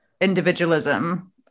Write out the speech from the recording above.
individualism